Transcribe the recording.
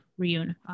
reunify